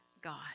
God